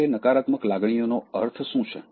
આખરે નકારાત્મક લાગણીઓનો અર્થ શું છે